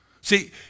See